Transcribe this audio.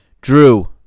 Drew